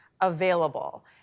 available